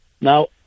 Now